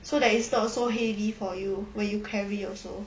so that it's not so heavy for you when you carry also